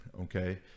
okay